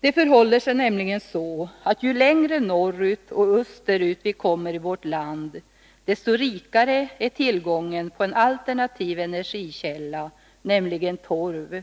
Det förhåller sig nämligen så, att ju längre norrut och österut vi kommer i vårt land, desto rikare är tillgången på en alternativ energikälla, nämligen torv.